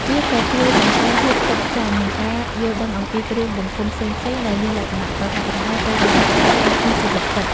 វាក៏ជួយបង្កើនភាពផ្ចិតផ្ចង់ និងការយល់ដឹងអំពីគ្រឿងបង្គុំផ្សេងៗដែលមានលក្ខណៈប្រហាក់ប្រហែលទៅនឹងវត្ថុនៅក្នុងជីវិតពិត។